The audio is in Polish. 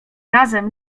razem